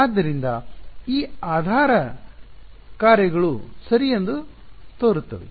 ಆದ್ದರಿಂದ ಈ ಆಧಾರ ಕಾರ್ಯಗಳು ಸರಿ ಎಂದು ತೋರುತ್ತದೆ